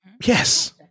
Yes